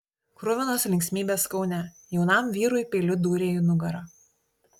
kruvinos linksmybės kaune jaunam vyrui peiliu dūrė į nugarą